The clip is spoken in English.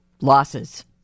Losses